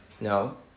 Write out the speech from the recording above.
No